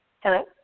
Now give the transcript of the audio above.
Hello